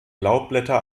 laubblätter